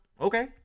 okay